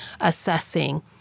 assessing